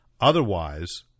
otherwise